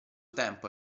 tempo